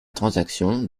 transaction